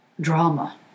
drama